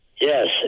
Yes